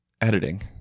editing